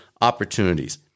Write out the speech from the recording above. opportunities